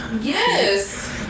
Yes